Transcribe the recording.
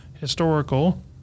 historical